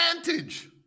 advantage